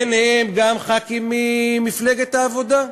ביניהם גם ממפלגת העבודה,